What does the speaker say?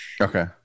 Okay